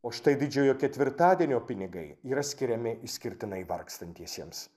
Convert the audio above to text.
o štai didžiojo ketvirtadienio pinigai yra skiriami išskirtinai vargstantiesiems